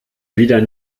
wieder